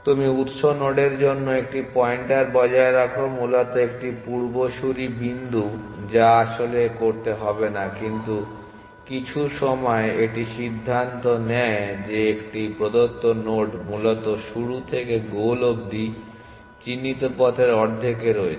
তুমি উৎস নোডের জন্য একটি পয়েন্টার বজায় রাখো মূলত একটি পূর্বসূরি বিন্দু যা আসলে করতে হবে না কিন্তু কিছু সময়ে এটি সিদ্ধান্ত নেয় যে একটি প্রদত্ত নোড মূলত শুরু থেকে গোল অব্দি চিহ্নিত পথের অর্ধেকে রয়েছে